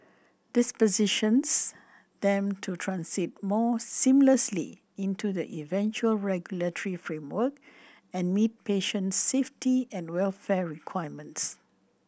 this positions them to transit more seamlessly into the eventual regulatory framework and meet patient safety and welfare requirements